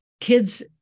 kids